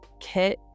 kit